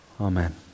Amen